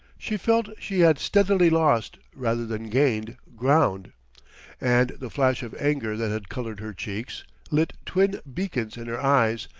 she felt she had steadily lost, rather than gained, ground and the flash of anger that had colored her cheeks lit twin beacons in her eyes,